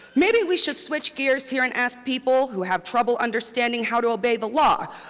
maybe we should switch gears here and ask people who have trouble understanding how to obey the law.